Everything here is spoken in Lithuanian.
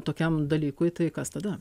tokiam dalykui tai kas tada